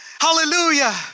Hallelujah